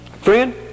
Friend